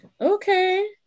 Okay